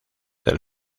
del